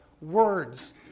words